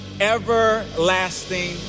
everlasting